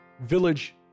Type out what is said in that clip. village